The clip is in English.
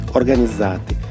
organizzati